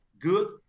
good